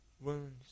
wounds